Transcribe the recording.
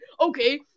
Okay